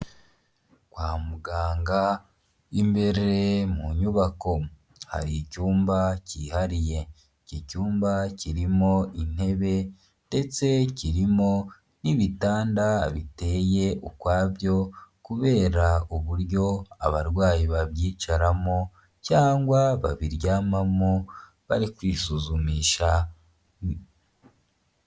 Kwa muganga imbere mu nyubako hari icyumba cyihariye, iki cyumba kirimo intebe ndetse kirimo n'ibitanda biteye ukwabyo kubera uburyo abarwayi babyicaramo cyangwa babiryamamo bari kwisuzumisha.